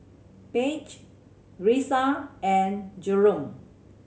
Page Risa and Jerome